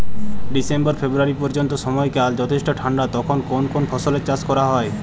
December ফেব্রুয়ারি পর্যন্ত সময়কাল যথেষ্ট ঠান্ডা তখন কোন কোন ফসলের চাষ করা হয়?